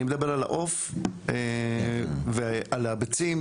אני מדבר על העוף ועל הביצים.